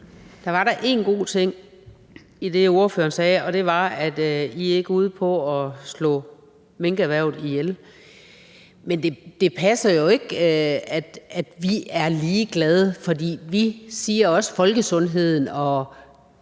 Der var da en god ting i det, ordføreren sagde, og det var, at I ikke er ude på at slå minkerhvervet ihjel. Men det passer jo ikke, at vi er ligeglade, for vi siger også, at folkesundheden er